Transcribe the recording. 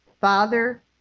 Father